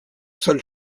seule